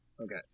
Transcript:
Okay